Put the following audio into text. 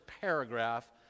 paragraph